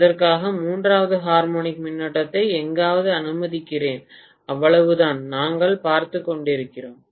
அதற்காக மூன்றாவது ஹார்மோனிக் மின்னோட்டத்தை எங்காவது அனுமதிக்கிறேன் அவ்வளவுதான் நாங்கள் பார்த்துக் கொண்டிருக்கிறோம்